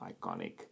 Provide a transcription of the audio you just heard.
iconic